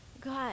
God